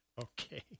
Okay